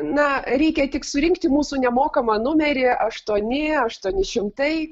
na reikia tik surinkti mūsų nemokamą numerį aštuoni aštuoni šimtai